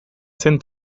zen